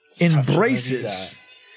embraces